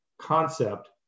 concept